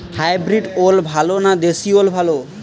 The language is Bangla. হাইব্রিড ওল ভালো না দেশী ওল ভাল?